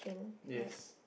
yes